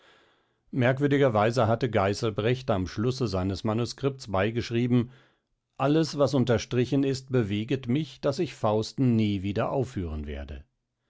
merkwürdigerweise hatte geißelbrecht am schlusse seines manuscripts beigeschrieben alles was unterstrichen ist beweget mich daß ich fausten nie wieder aufführen werde